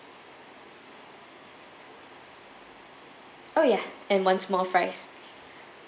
oh ya and one small fries